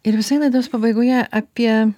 ir visai laidos pabaigoje apie